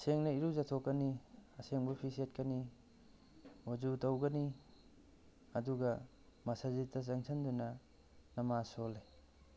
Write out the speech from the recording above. ꯁꯦꯡꯅ ꯏꯔꯨꯖꯊꯣꯛꯀꯅꯤ ꯑꯁꯦꯡꯕ ꯐꯤ ꯁꯦꯠꯀꯅꯤ ꯃꯣꯖꯨ ꯇꯧꯒꯅꯤ ꯑꯗꯨꯒ ꯃꯁꯖꯤꯠꯇ ꯆꯪꯁꯟꯗꯨꯅ ꯅꯃꯥꯁ ꯁꯣꯜꯂꯤ